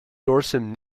dorsum